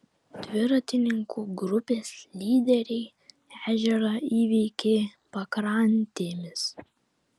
dviratininkų grupės lyderiai ežerą įveikė pakrantėmis